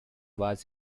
was